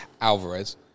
Alvarez